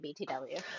BTW